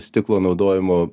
stiklo naudojimo